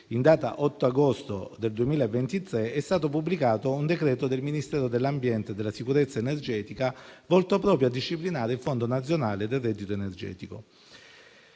in data 8 agosto 2023, è stato pubblicato un decreto del Ministero dell'ambiente e della sicurezza energetica volto proprio a disciplinare il Fondo nazionale del reddito energetico.